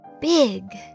big